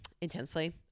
intensely